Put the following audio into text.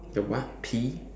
the what tea